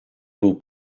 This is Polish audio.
był